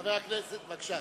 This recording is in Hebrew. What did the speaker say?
בבקשה.